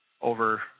over